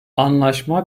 anlaşma